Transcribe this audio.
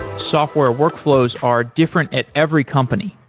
software workflows are different at every company.